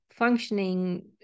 functioning